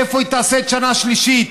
איפה היא תעשה שנה שלישית.